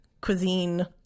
cuisine